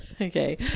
Okay